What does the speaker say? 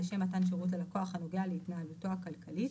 לשם מתן שירות ללקוחו הנוגע להתנהלותו הכלכלית,